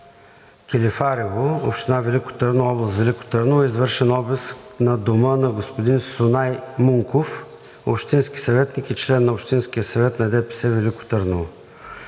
Килифарево, община Велико Търново, област Велико Търново, е извършен обиск на дома на господин Сунай Мунков – общински съветник и член на Общинския съвет на ДПС – Велико Търново.